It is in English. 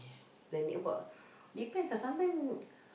depends ah sometime